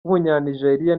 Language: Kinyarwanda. w’umunyanigeriya